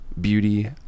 beauty